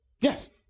Yes